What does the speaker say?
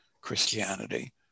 Christianity